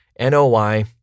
NOI